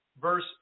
Verse